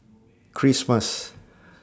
Christmas